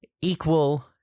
equal